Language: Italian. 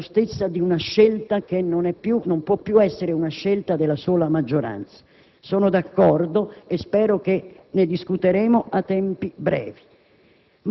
e la giustezza di una scelta che non può più essere della sola maggioranza: sono d'accordo e spero che ne discuteremo in tempi brevi.